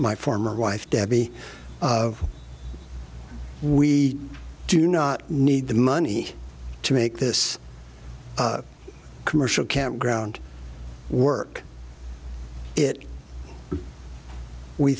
my former wife debbie of we do not need the money to make this commercial campground work it we